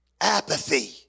Apathy